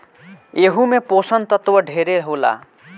एहू मे पोषण तत्व ढेरे होला